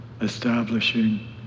establishing